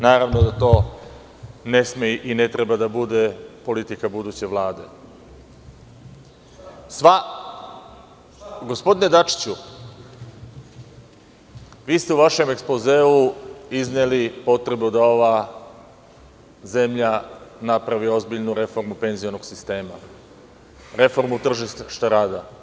Naravno da to ne sme i ne treba da bude politika buduće Vlade. (Ivica Dačić, s mesta: Šta to?) Gospodine Dačiću, vi ste u vašem ekspozeu izneli potrebu da ova zemlja napravi ozbiljnu reformu penzionog sistema, reformu tržišta rada.